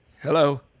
hello